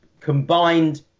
Combined